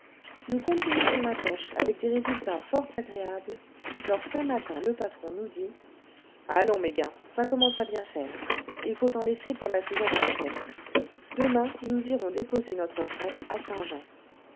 nous continuions la pêche avec des résultats fort agréables lorsqu'un matin le patron nous dit allons mes gars ça commence à bien faire il faut en laisser pour la saison prochaine demain nous irons déposer notre fret à saint-jean